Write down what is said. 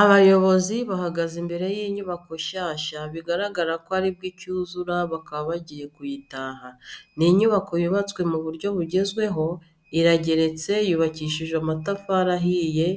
Abayobozi bahagaze imbere y'inyubako nshyashya bigaragara ko aribwo icyuzura bakaba bagiye kuyitaha. Ni inyubako yubatswe mu buryo bugezweho, irageretse yubakishije amatafari ahiye